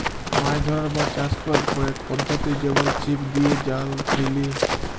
মাছ ধ্যরার বা চাষ ক্যরার কয়েক পদ্ধতি যেমল ছিপ দিঁয়ে, জাল ফ্যাইলে